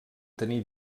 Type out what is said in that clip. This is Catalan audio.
tenir